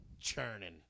churning